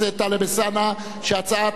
שהצעת רע"ם-תע"ל לא נתקבלה.